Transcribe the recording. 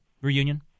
reunion